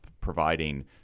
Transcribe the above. providing